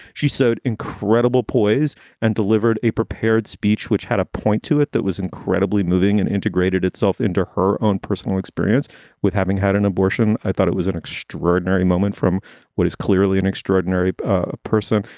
she sewed incredible poise and delivered a prepared speech which had a point to it that was incredibly moving and integrated itself into her own personal experience with having had an abortion. i thought it was an extraordinary moment from what is clearly an extraordinary ah person.